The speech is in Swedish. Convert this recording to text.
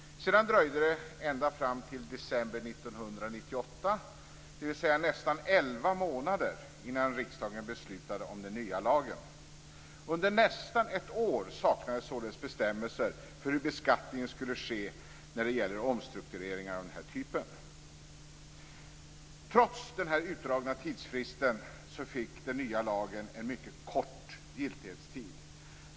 Sedan dröjde det ända fram till december 1998, dvs. nästan elva månader, innan riksdagen beslutade om den nya lagen. Under nästan ett år saknades således bestämmelser för hur beskattningen skulle ske när det gäller omstruktureringar av den här typen. Trots denna utdragna tidsfrist fick den nya lagen en mycket kort giltighetstid.